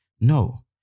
No